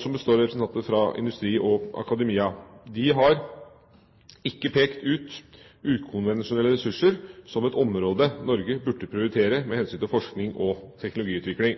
som består av representanter for industri og akademia. OG21 har ikke pekt ut ukonvensjonelle ressurser som et område Norge burde prioritere med hensyn til forskning og teknologiutvikling.